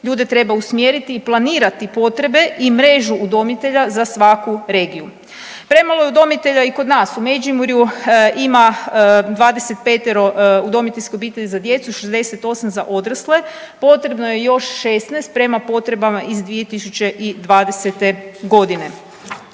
Ljude treba usmjeriti i planirati potrebe i mrežu udomitelja za svaku regiju. Premalo je udomitelja i kod nas u Međimurju ima 25 udomiteljske obitelji za djecu, 68 za odrasle, potrebno je još 16 prema potrebama iz 2020.g.